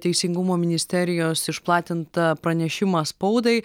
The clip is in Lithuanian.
teisingumo ministerijos išplatintą pranešimą spaudai